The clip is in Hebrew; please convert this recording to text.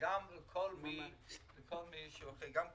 וגם לכל מי שצריך, גם לחילונים.